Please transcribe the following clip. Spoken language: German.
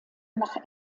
nach